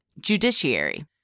judiciary